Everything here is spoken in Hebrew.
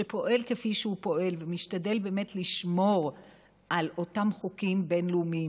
שפועל כפי שהוא פועל ומשתדל באמת לשמור על אותם חוקים בין-לאומיים,